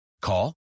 call